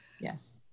yes